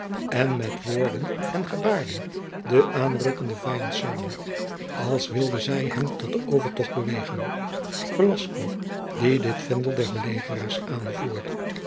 en met woorden en gebaarden den aanrukkenden vijand sarden als wilde zij hem tot den overtocht bewegen velasco die dit vendel der belegeraars aanvoerde